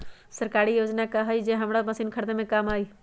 सरकारी योजना हई का कोइ जे से हमरा मशीन खरीदे में काम आई?